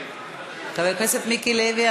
חבר הכנסת מיקי לוי,